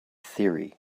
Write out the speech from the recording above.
theory